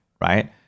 right